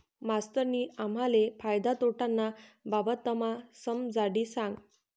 मास्तरनी आम्हले फायदा तोटाना बाबतमा समजाडी सांगं